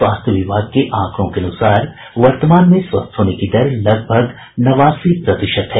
स्वास्थ्य विभाग के आंकड़ों के अनुसार वर्तमान में स्वस्थ होने की दर लगभग नवासी प्रतिशत है